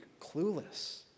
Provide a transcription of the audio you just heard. clueless